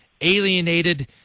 alienated